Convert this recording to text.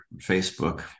Facebook